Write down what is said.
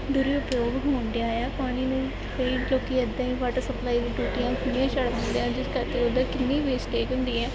ਦੁਰਉਪਯੋਗ ਹੋਣਡਿਆਂ ਪਾਣੀ ਨੂੰ ਕਈ ਲੋਕ ਇੱਦਾਂ ਹੀ ਵਾਟਰ ਸਪਲਾਈ ਦੀਆਂ ਟੂਟੀਆਂ ਖੁੱਲ੍ਹੀਆਂ ਛੱਡ ਦਿੰਦੇ ਹਨ ਜਿਸ ਕਰਕੇ ਉਹਦੀ ਕਿੰਨੀ ਵੇਸਟੇਜ਼ ਹੁੰਦੀ ਹੈ